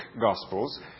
Gospels